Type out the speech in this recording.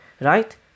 right